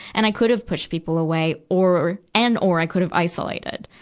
and i could have pushed people away. or, and or i could have isolated.